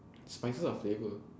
spices are flavour